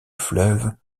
fleuve